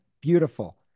beautiful